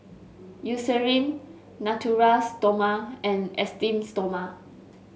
Eucerin Natura Stoma and Esteem Stoma